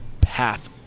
path